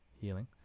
Healing